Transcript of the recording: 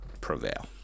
prevail